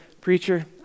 Preacher